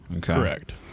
Correct